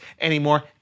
anymore